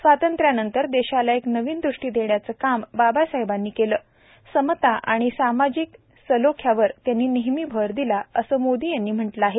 स्वातंत्र्यानंतर देशाला एक नवी दृष्टी देण्याचं काम बाबासाहेबांनी केलं समता आणि सामाजिक सलोख्यावर त्यांनी नेहमी भर दिला असं मोदी यांनी म्हटलं आहे